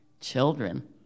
children